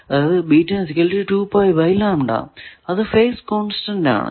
അതായതു അത് phase constant ആണ്